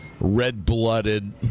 red-blooded